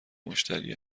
مشتری